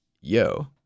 Yo